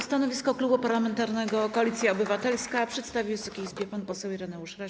Stanowisko Klubu Parlamentarnego Koalicja Obywatelska przedstawi Wysokiej Izbie pan poseł Ireneusz Raś.